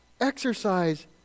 Exercise